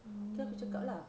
hmm